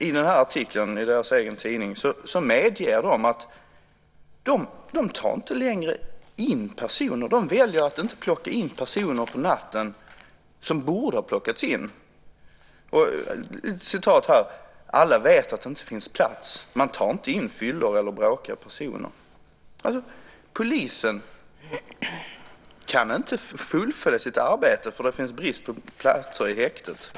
I artikeln i polisens egen tidning medger de att de inte längre tar in personer. De väljer att inte ta in personer på natten som borde ha plockats in. Jag har ett citat här: "Alla vet att det inte finns plats. Man tar inte in fyllor eller bråkiga personer." Polisen kan inte fullgöra sitt arbete eftersom det finns brist på platser i häktet.